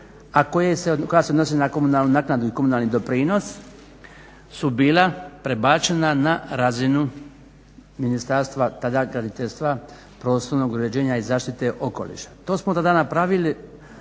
a koja se odnose na komunalnu naknadu i komunalni doprinos su bila prebačena na razinu ministarstva, tada graditeljstva, prostornog uređenja i zaštite okoliša. To smo tada napravili